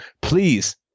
Please